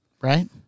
Right